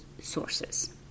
sources